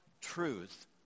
truth